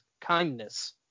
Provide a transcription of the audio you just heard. Kindness